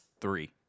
Three